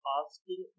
asking